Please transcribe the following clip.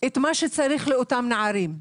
את מה שצריך לאותם נערים.